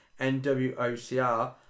NWOCR